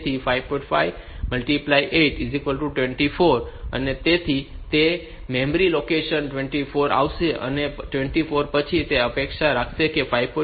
58 24 છે તેથી તે મેમરી લોકેશન 24 પર આવશે અને 24 પછી તે અપેક્ષા રાખશે કે 5